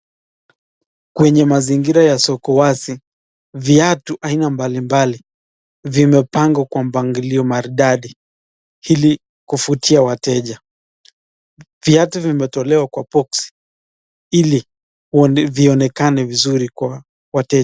Kwenye mazingira ya soko wazi, viatu aina mbalimbali vimepangua kwa mpangilio maridadi. Ili kuvutia wateja. Viatu vimetolewa kwa boksi ili vionekane vizuri kwa wateja.